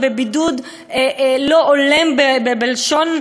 אי-אפשר להיכנס,